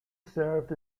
served